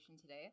today